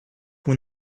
when